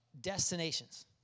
destinations